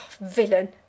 villain